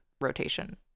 rotation